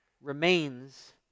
remains